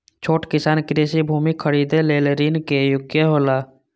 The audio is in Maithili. छोट किसान कृषि भूमि खरीदे लेल ऋण के योग्य हौला?